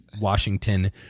Washington